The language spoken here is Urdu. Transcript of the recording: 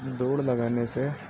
دوڑ لگانے سے